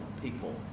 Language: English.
people